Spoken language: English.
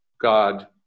God